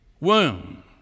womb